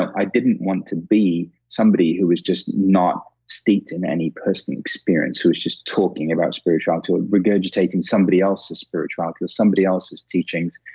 i didn't want to be somebody who was just not steeped in any personal experience, who was just talking about spirituality or regurgitating somebody else's spirituality or somebody else's teachings.